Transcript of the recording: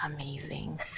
Amazing